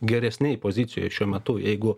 geresnėj pozicijoj šiuo metu jeigu